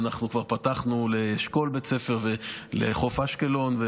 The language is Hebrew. ואנחנו כבר פתחנו לאשכול בית ספר ולחוף אשקלון,